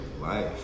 life